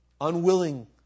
unwilling